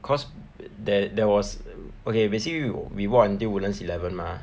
cause there there was okay basically we walk until woodlands eleven mah